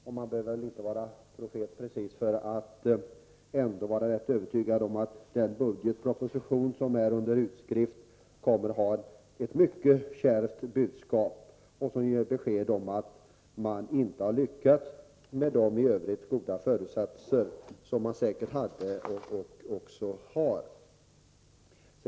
Och man behöver väl inte precis vara profet för att vara rätt övertygad om att den budgetproposition som är under utarbetande kommer att ha ett mycket kärvt budskap och ge besked om att regeringen inte har lyckats med de goda föresatser som den säkert hade och har.